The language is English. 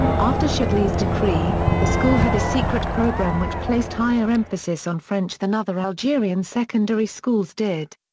after chadli's decree, the school had a secret program which placed higher emphasis on french than other algerian secondary schools did.